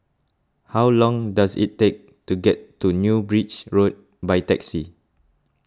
how long does it take to get to New Bridge Road by taxi